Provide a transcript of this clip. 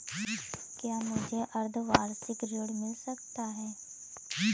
क्या मुझे अर्धवार्षिक ऋण मिल सकता है?